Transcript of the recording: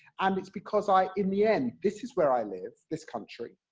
and it's because i, in the end this is where i live, this country.